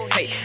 Hey